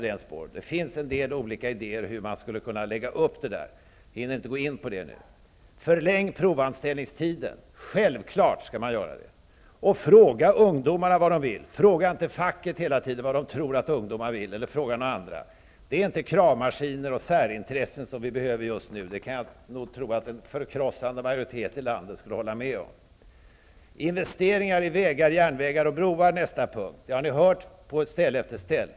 Det finns en del idéer på hur man skulle kunna lägga upp det där. Jag hinner inte gå in på det nu. Förläng provanställningstiden, heter ett annat förslag. Självklart skall man göra det. Fråga ungdomarna vad de vill. Fråga inte hela tiden facket eller några andra vad de tror att ungdomarna vill. Det är inte kravmaskiner eller särintressen som vi behöver just nu. Jag tror att en förkrossande majoritet i landet skulle hålla med om detta. Investera i vägar, järnvägar och broar heter nästa punkt. Det har vi hört på ställe efter ställe.